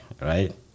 right